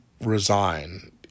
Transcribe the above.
resign